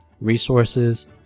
resources